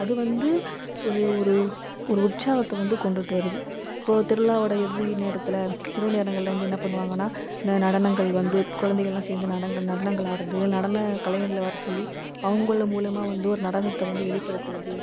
அது வந்து ஒரு ஒரு ஒரு உற்சாகத்தை வந்து கொண்டுட்டு வருது இப்போது திருவிழாவோடய இறுதி நேரத்தில் இரவு நேரங்களில் வந்து என்ன பண்ணுவாங்கனா இந்த நடனங்கள் வந்து குழந்தைகள்லாம் சேர்ந்து நடனங்கள் நடனங்கள் ஆடுறது நடன கலைஞர்கள வர சொல்லி அவுங்கள் மூலிமா வந்து ஒரு நடனத்தை வந்து வெளிப்படுத்துகிறது